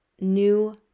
new